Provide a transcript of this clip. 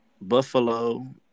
Buffalo